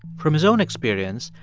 from his own experience,